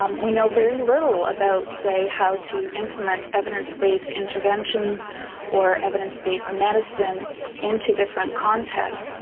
um we know very little about, say, how to implement evidence-based interventions or evidence-based medicine into different contexts,